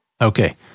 Okay